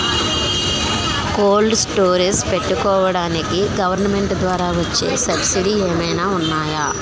Cold storage పెట్టుకోడానికి government ద్వారా వచ్చే సబ్సిడీ ఏమైనా ఉన్నాయా?